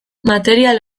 material